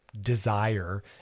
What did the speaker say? desire